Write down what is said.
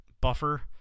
buffer